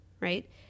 right